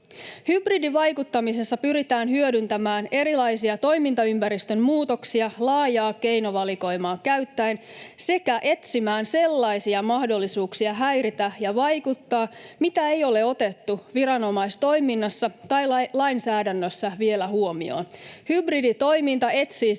Hybridivaikuttamisessa pyritään hyödyntämään erilaisia toimintaympäristön muutoksia laajaa keinovalikoimaa käyttäen sekä etsimään sellaisia mahdollisuuksia häiritä ja vaikuttaa, mitä ei ole otettu viranomaistoiminnassa tai lainsäädännössä vielä huomioon. Hybriditoiminta etsii